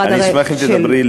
אני אשמח אם תדברי לאט,